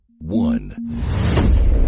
One